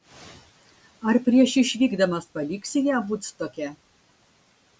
ar prieš išvykdamas paliksi ją vudstoke